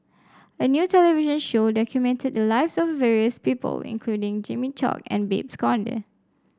a new television show documented the lives of various people including Jimmy Chok and Babes Conde